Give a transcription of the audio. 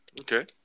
Okay